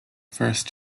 first